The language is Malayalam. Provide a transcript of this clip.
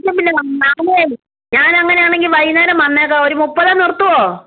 ഞാൻ പിന്നെ ഞാൻ അങ്ങനെ ആണെങ്കിൽ വൈകുന്നേരം വന്നേക്കാം ഒരു മുപ്പതിൽ നിർത്തുമോ